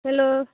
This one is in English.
hello